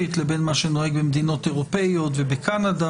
לבין מה שנוהג במדינות אירופיות ובקנדה,